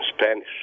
Spanish